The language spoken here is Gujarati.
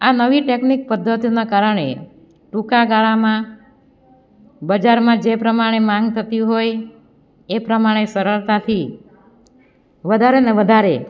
આ નવી ટેકનિક પદ્ધતિના કારણે ટૂંકા ગાળામાં બજારમાં જે પ્રમાણે માંગ થતી હોય એ પ્રમાણે સરળતાથી વધારેને વધારે